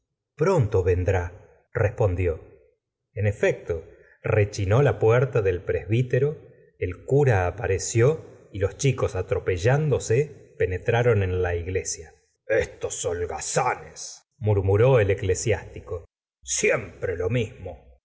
pronto vendrárespondió en efecto rechinó la puerta del presbítero el cura apareció y los chicos atropellándose penetraron en la iglesia holgazanes murmuró el eclesiástico siempre lo mismo